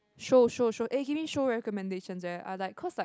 show show show eh give me show recommendations eh I was like cause like